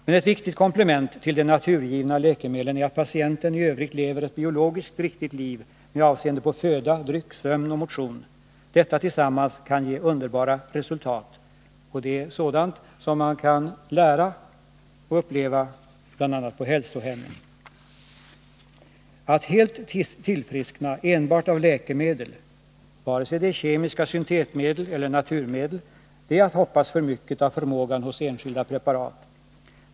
Men ett viktigt komplement till de naturgivna läkemedlen är att patienten i övrigt lever ett biologiskt riktigt liv med avseende på föda, dryck, sömn och motion. Detta tillsammans kan ge underbara resultat! Det är sådant man kan lära och uppleva på bl.a. hälsohem. Att helt kunna tillfriskna enbart av läkemedel — vare sig det är kemiska syntetmedel eller naturmedel — är att hoppas för mycket av förmågan hos enskilda preparat.